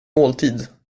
måltid